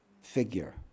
figure